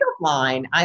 line